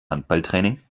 handballtraining